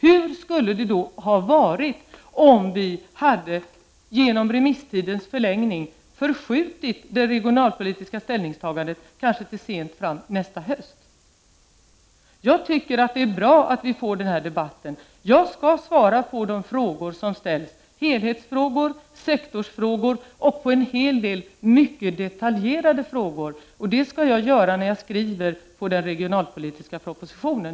Hur skulle det då ha varit om vi genom en förlängning av remisstiden förskjutit det regionalpolitiska ställningstagandet, kanske till nästa höst? Jag tycker att det är bra att vi får den här debatten. Jag skall svara på de frågor som ställts, helhetsfrågor, sektorsfrågor och på en hel del mycket detaljerade frågor. Det skall jag göra när jag skriver den regionalpolitiska propositionen.